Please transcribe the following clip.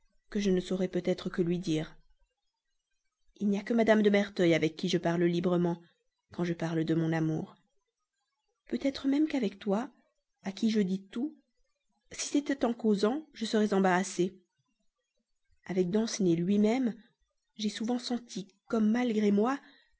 que je ne saurais peut-être que lui dire il n'y a que mme de merteuil avec qui je parle librement quand je parle de mon amour peut-être même qu'avec toi à qui je dis tout si c'était en causant je serais embarrassée et avec danceny lui-même j'ai souvent senti comme malgré moi